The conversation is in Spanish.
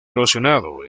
erosionado